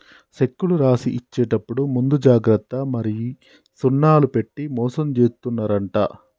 సెక్కులు రాసి ఇచ్చేప్పుడు ముందు జాగ్రత్త మరి సున్నాలు పెట్టి మోసం జేత్తున్నరంట